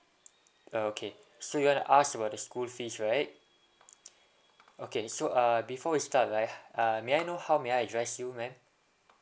okay so you want to ask about the school fees right okay so err before we start right uh may I know how may I address you ma'am